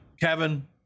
kevin